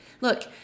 Look